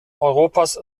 europas